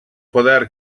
poder